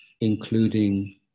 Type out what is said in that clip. including